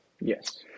Yes